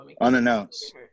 Unannounced